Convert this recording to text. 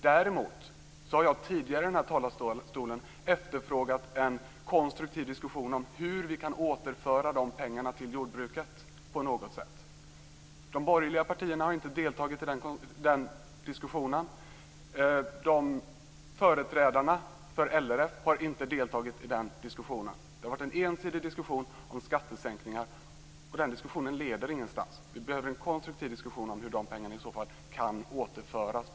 Däremot har jag tidigare här i talarstolen efterfrågat en konstruktiv diskussion om hur vi kan återföra de pengarna till jordbruket. De borgerliga partierna har inte deltagit i den diskussionen, inte heller företrädarna för LRF, utan det har varit en ensidig diskussion om skattesänkningar som inte leder någon vart. Vi behöver därför en konstruktiv diskussion om hur de pengarna i så fall på lämpligt sätt kan återföras.